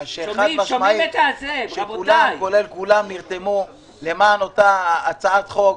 כולם נרתמו למען אותה הצעת חוק,